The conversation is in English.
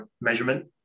measurement